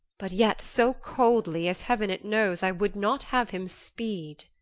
but yet so coldly as, heaven it knows, i would not have him speed.